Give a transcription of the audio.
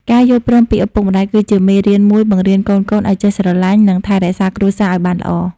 ការយល់ព្រមពីឪពុកម្ដាយគឺជាមេរៀនមួយបង្រៀនកូនៗឱ្យចេះស្រឡាញ់ និងថែរក្សាគ្រួសារឱ្យបានល្អ។